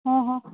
હં હં